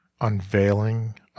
unveiling